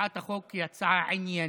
שהצעת החוק היא הצעה עניינית,